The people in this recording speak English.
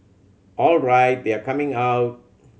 alright they are coming out